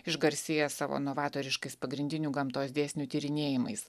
išgarsėjęs savo novatoriškais pagrindinių gamtos dėsnių tyrinėjimais